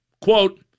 Quote